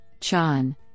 Chan